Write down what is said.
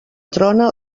trona